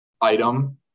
item